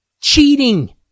cheating